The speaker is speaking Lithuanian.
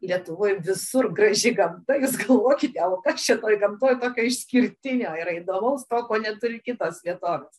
lietuvoj visur graži gamta jūs galvokite o kas čia toj gamtoj tokio išskirtinio ir įdomaus to ko neturi kitos vietovės